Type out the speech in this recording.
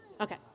Okay